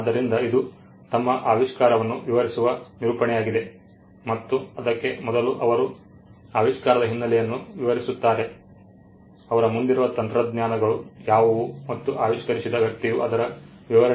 ಆದ್ದರಿಂದ ಇದು ತಮ್ಮ ಆವಿಷ್ಕಾರವನ್ನು ವಿವರಿಸುವ ನಿರೂಪಣೆಯಾಗಿದೆ ಮತ್ತು ಅದಕ್ಕೂ ಮೊದಲು ಅವರು ಆವಿಷ್ಕಾರದ ಹಿನ್ನೆಲೆಯನ್ನು ವಿವರಿಸುತ್ತಾರೆ ಅವರ ಮುಂದಿರುವ ತಂತ್ರಜ್ಞಾನಗಳು ಯಾವುವು ಮತ್ತು ಆವಿಷ್ಕರಿಸಿದ ವ್ಯಕ್ತಿಯು ಅದರ ವಿವರಣೆಯನ್ನು ನೀಡಲು ಸಮರ್ಥರಾಗಿರುತ್ತಾರೆ